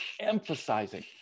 emphasizing